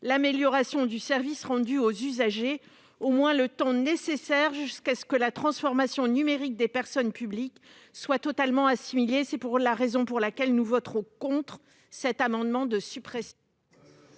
l'amélioration du service rendu aux usagers, au moins le temps nécessaire pour que la transformation numérique des personnes publiques soit totalement assimilée. C'est la raison pour laquelle nous voterons contre cet amendement de suppression.